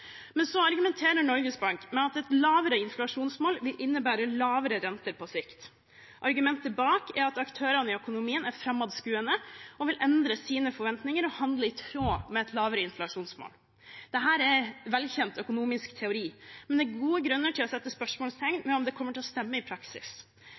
Men så argumenterer Norges Bank med at et lavere inflasjonsmål vil innebære lavere rente på sikt. Argumentet bak er at aktørene i økonomien er fremadskuende, de vil endre sine forventninger og handle i tråd med et lavere inflasjonsmål. Dette er velkjent økonomisk teori, men det er gode grunner til å sette spørsmålstegn